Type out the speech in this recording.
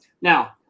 now